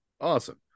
awesome